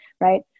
right